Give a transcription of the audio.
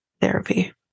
therapy